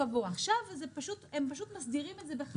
עכשיו הם פשוט מסדירים את זה בחקיקה.